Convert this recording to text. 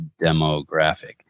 demographic